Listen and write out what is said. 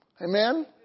Amen